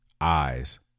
eyes